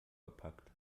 gepackt